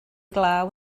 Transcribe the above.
glaw